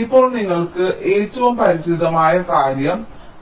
ഇപ്പോൾ നിങ്ങൾക്ക് ഏറ്റവും പരിചിതമായ കാര്യം